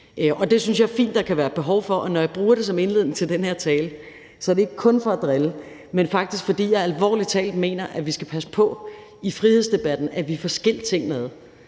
det synes jeg er fint der kan være behov for. Når jeg bruger det som indledning til den her tale, er det ikke kun for at drille, men faktisk fordi jeg alvorlig talt mener, at vi skal passe på i frihedsdebatten, at vi får skilt tingene